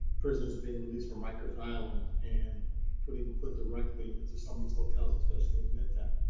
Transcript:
prisons being released from rikers island and putting put directly into some of these hotels, especially in midtown.